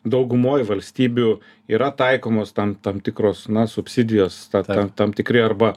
daugumoj valstybių yra taikomos tam tam tikros na subsidijos ta tam tikri arba